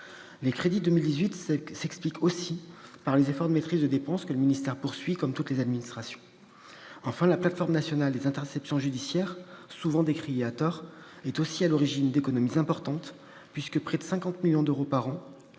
Les crédits pour 2018 s'expliquent aussi par les efforts de maîtrise de dépense que le ministère poursuit, comme toutes les administrations. La plateforme nationale des interceptions judiciaires, souvent décriée à tort, est aussi à l'origine d'économies importantes : près de 50 millions d'euros par an